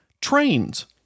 trains